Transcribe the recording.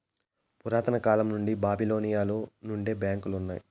పురాతన కాలం నుండి బాబిలోనియలో నుండే బ్యాంకులు ఉన్నాయి